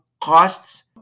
costs